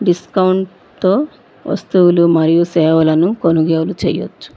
డిస్కౌంట్తో వస్తువులు మరియు సేవలను కొనుగోలు చెయ్యొచ్చు